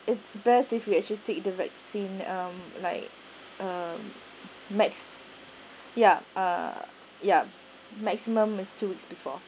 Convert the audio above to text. it's best if you actually take the vaccine um like um max yup uh yup maximum is two weeks before